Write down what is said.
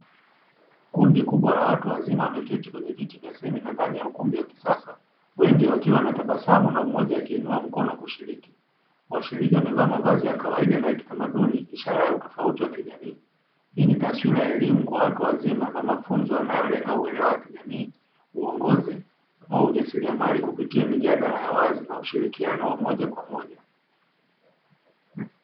Kundi kubwa la watu wazima wameketi kwenye viti vya semina ndani ya ukumbi wa kisasa, wengi wakiwa wanatabasamu na mmoja akiinuwa mkono kushiriki. Washiriki wamevaa mavazi ya kawaida na ya kitamaduni ishara ya utofauti wa kijamii. Hii ni taswira ya elimu kwa watu wazima na mafunzo yanayolenga uelewa wa kijamii, uongozi au ujasiriamali kupitia mijadala ya wazi na ushirikiano wa moja kwa moja.